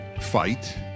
fight